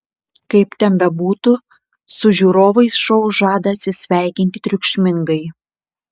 kaip ten bebūtų su žiūrovais šou žada atsisveikinti triukšmingai